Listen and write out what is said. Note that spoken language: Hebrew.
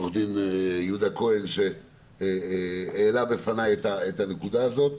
יהודה כהן שהעלה בפני את הנקודה הזו,